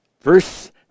verse